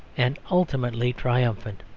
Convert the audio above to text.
and ultimately triumphant.